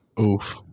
oof